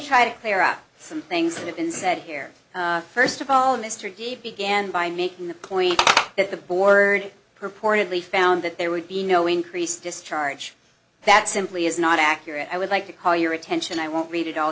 try to clear up some things that have been said here first of all mr dave began by making the point that the board purportedly found that there would be no increase discharge that simply is not accurate i would like to call your attention i won't read it all